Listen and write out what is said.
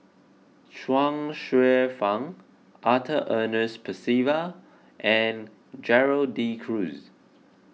Chuang Hsueh Fang Arthur Ernest Percival and Gerald De Cruz